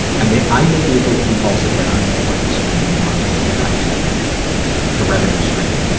i may, i may be a little compulsive, but i'm already spending the money that i expect to get the revenue stream.